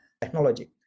technology